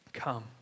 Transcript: Come